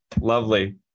Lovely